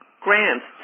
grants